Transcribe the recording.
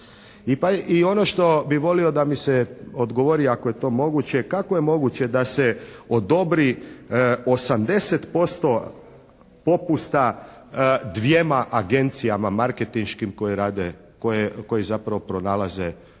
i ono što bi volio da mi se odgovori ako je to moguće, kako je moguće da se odobri 80% popusta dvijema agencijama marketinškim koje rade, koje zapravo pronalaze